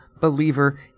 believer